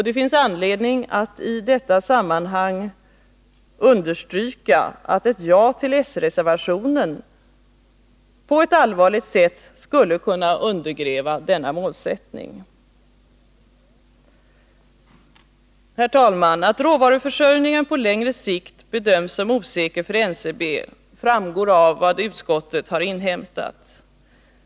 Det finns anledning att i detta sammanhang understryka att ett ja till s-reservationen på denna punkt på ett allvarligt sätt skulle kunna undergräva denna målsättning. Att råvaruförsörjningen på längre sikt bedöms som osäker för NCB framgår av vad utskottet har inhämtat.